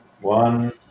one